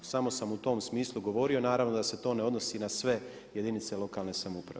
Samo sam u tom smislu govorio, naravno da se to ne odnosi na sve jedinice lokalne samouprave.